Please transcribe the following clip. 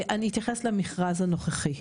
אני אתייחס למכרז הנוכחי.